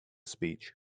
speech